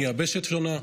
מיבשת שונה.